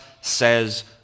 says